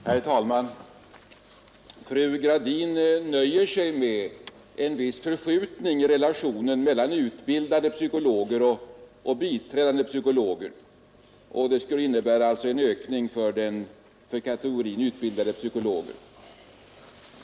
Herr talman! Fru Gradin nöjer sig med en viss förskjutning i relationen mellan utbildade psykologer och biträdande psykologer, och det skulle innebära en ökning för kategorin utbildade psykologer.